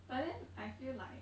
but then I feel like